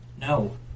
No